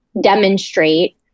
demonstrate